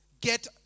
get